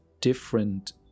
different